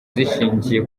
zishingiye